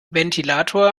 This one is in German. ventilator